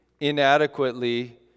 inadequately